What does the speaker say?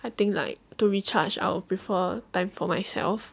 I think like to recharge I'll prefer time for myself